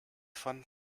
fun